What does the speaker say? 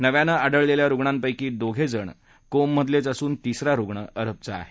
नव्यानं आढळलेल्या रुग्णांपक्षी दोघेजण कोममधलेच असून तिसरा रुग्ण अरबचा आहे